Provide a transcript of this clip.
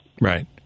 Right